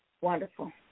Wonderful